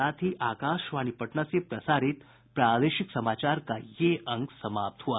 इसके साथ ही आकाशवाणी पटना से प्रसारित प्रादेशिक समाचार का ये अंक समाप्त हुआ